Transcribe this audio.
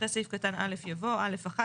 אחרי סעיף קטן א' יבוא א' (1).